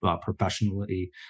professionally